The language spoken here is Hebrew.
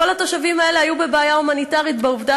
כל התושבים האלה היו בבעיה הומניטרית בעובדה